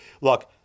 look